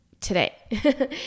today